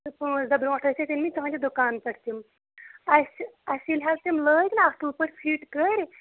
پانژھ دۄہ برونٹھ ٲسۍ اَسہِ أنۍ مٕتۍ تُہندِ دُکان پٮ۪ٹھ تِم اَسہِ ییٚلہِ حظ تِم لٲگۍ نا اصل پٲٹھۍ فِٹ کٔرۍ